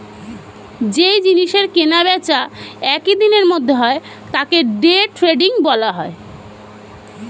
যেই জিনিসের কেনা বেচা একই দিনের মধ্যে হয় তাকে ডে ট্রেডিং বলে